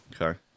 Okay